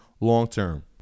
long-term